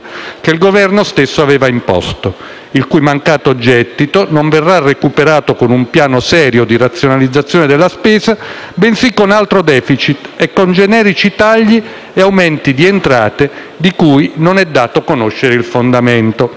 che il Governo stesso aveva imposto, il cui mancato gettito non verrà recuperato con un piano serio di razionalizzazione della spesa, bensì con altro *deficit* e con generici tagli e aumenti di entrate, di cui non è dato conoscere il fondamento.